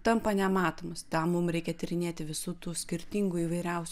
tampa nematomas tam mum reikia tyrinėti visų tų skirtingų įvairiausių